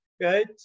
good